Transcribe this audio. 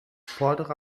fordere